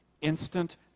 instant